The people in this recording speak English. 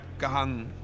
gehangen